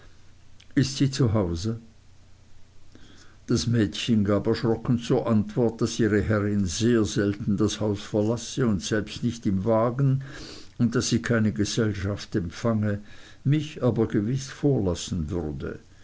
ist sie zu hause das mädchen gab erschrocken zur antwort daß ihre herrin sehr selten das haus verlasse selbst nicht im wagen daß sie keine gesellschaft empfange mich aber gewiß vorlassen würde